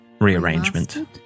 Rearrangement